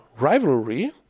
rivalry